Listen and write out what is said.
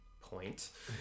point